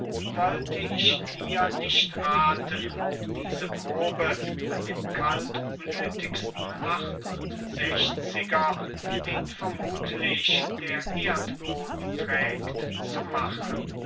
wollte ich dir nicht rathen diese probe an dem kaltblütigsten acht und sechziger den vermuthlich der erdboden trägt zu machen